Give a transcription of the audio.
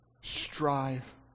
strive